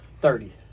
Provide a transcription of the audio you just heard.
Thirty